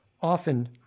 often